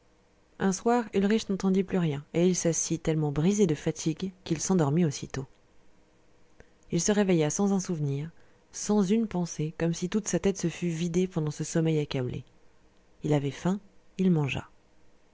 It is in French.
un soir ulrich n'entendit plus rien et il s'assit tellement brisé de fatigue qu'il s'endormit aussitôt il se réveilla sans un souvenir sans une pensée comme si toute sa tête se fût vidée pendant ce sommeil accablé il avait faim il mangea